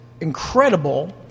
incredible